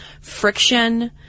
friction